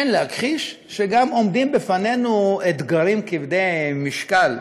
אין להכחיש שגם עומדים בפנינו אתגרים כבדי משקל,